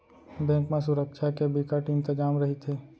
bank म सुरक्छा के बिकट इंतजाम रहिथे